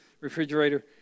refrigerator